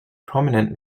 prominent